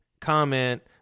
comment